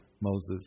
Moses